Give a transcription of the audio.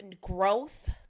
growth